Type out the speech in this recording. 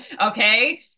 okay